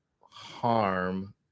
harm